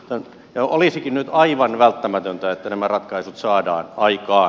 olisikin nyt aivan välttämätöntä että nämä ratkaisut saadaan aikaan